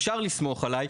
אפשר לסמוך עליי",